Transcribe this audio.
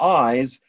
eyes